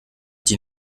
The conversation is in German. die